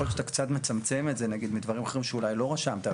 יכול להיות שאתה קצת מצמצם את זה נגיד מדברים אחרים שאולי לא רשמת.